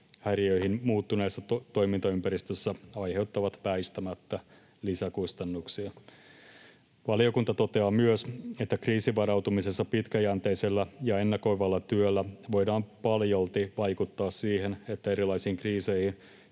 toimintahäiriöihin muuttuneessa toimintaympäristössä aiheuttavat väistämättä lisäkustannuksia. Valiokunta toteaa myös, että kriisivarautumisessa pitkäjänteisellä ja ennakoivalla työllä voidaan paljolti vaikuttaa siihen, että erilaisiin kriiseihin